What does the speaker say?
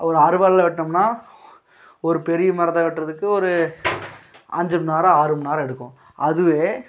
ஒரு அருவாளில் வெட்டினோம்னா ஒரு பெரிய மரத்தை வெட்டுகிறதுக்கு ஒரு அஞ்சு மணி நேரம் ஆறு மணி நேரம் எடுக்கும் அதுவே